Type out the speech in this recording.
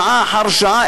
שעה אחר שעה,